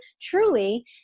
truly